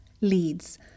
Leads